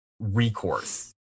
recourse